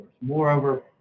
Moreover